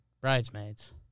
Bridesmaids